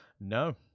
no